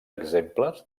exemples